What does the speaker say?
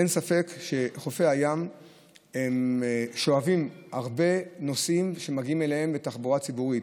אין ספק שחופי הים שואבים הרבה נוסעים שמגיעים אליהם בתחבורה ציבורית,